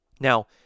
now